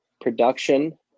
production